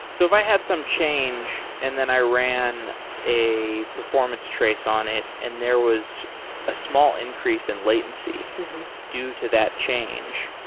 so if i had some change and then i ran a performance trace on it and there was a small increase in latency due to that change,